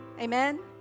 Amen